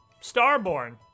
starborn